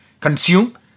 consume